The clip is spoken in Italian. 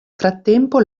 frattempo